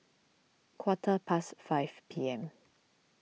quarter past five P M